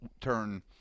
turn